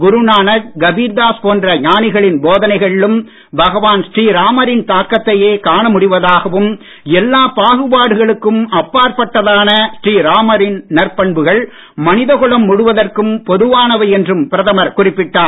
குருநானக் கபீர்தாஸ் போன்ற ஞானிகளின் போதனைகளிலும் பகவான் ஸ்ரீராமரின் தாக்கத்தையே காணமுடிவதாகவும் எல்லாப் பாகுபாடுகளுக்கும் அப்பாற்பட்டதான ஸ்ரீராமரின் நற்பண்புகள் மனித குலம் முழுவதற்கும் பொதுவானவை என்றும் பிரதமர் குறிப்பிட்டார்